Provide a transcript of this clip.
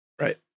Right